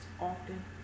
often